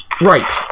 Right